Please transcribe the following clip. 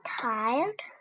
tired